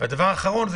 ודבר אחרון,